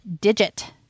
Digit